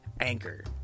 anchor